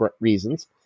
reasons